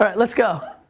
but let's go.